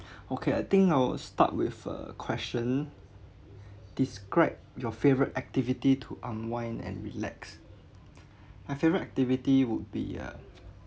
okay I think I will start with a question describe your favourite activity to unwind and relax my favourite activity would be uh